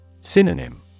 Synonym